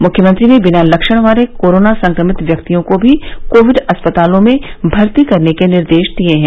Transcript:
मुख्यमंत्री ने बिना लक्षण वाले कोरोना संक्रमित व्यक्तियों को भी कोविड अस्पतालों में भर्ती करने के निर्देश दिए हैं